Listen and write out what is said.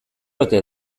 ote